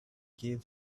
gave